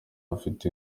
afite